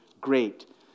great